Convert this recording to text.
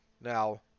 Now